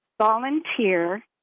volunteer